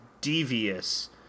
devious